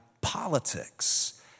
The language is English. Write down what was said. politics